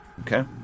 Okay